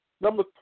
Number